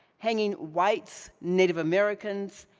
hanging whites, native americans,